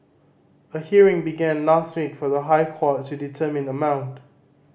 a hearing began last week for the High Court to determine the amount